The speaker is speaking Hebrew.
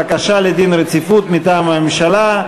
בקשה לדין רציפות מטעם הממשלה.